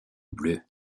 bleues